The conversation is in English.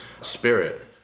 spirit